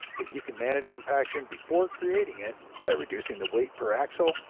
but you can manage compaction before creating it by reducing the weight per axle,